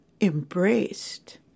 embraced